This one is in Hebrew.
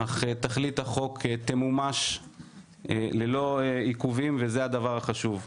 אך תכלית החוק תמומש ללא עיכובים וזה הדבר החשוב.